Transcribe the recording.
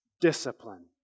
discipline